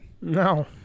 No